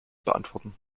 beantworten